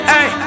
Hey